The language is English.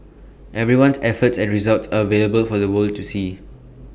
everyone's efforts and results are available for the world to see